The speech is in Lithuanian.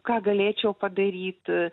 ką galėčiau padaryt